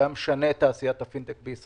זה היה משנה את תעשיית הפינטק בישראל,